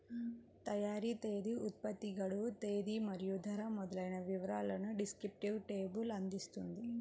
తయారీ తేదీ, ఉత్పత్తి గడువు తేదీ మరియు ధర మొదలైన వివరాలను డిస్క్రిప్టివ్ లేబుల్ అందిస్తుంది